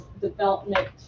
development